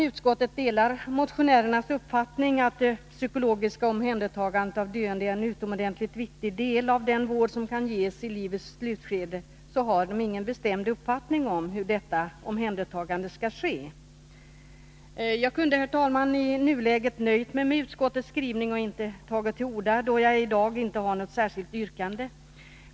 Utskottet delar motionärernas uppfattning att det psykologiska omhändertagandet av döende är en utomordentligt viktig del av den vård som kan ges i livets slutskede, men har ingen bestämd uppfattning om hur detta omhändertagande skall ske. Jag kunde, herr talman, i nuläget ha nöjt mig med utskottets skrivning och låtit bli att ta till orda, då jag i dag inte har något särskilt yrkande.